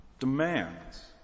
demands